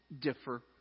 differ